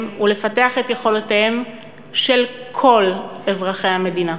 ולפתח את יכולותיהם של כל אזרחי המדינה.